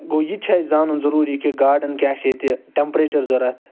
گوٚو یہِ تہِ چھُ اسہِ زانُن ضوٚروٗری کہ گاڈن کیاہ چھ ییٚتہِ ٹیٚمپریچر ضوٚرتھ